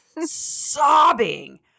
sobbing